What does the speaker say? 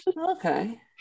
Okay